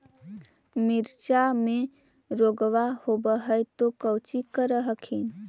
मिर्चया मे रोग्बा होब है तो कौची कर हखिन?